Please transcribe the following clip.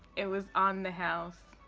it was on the house.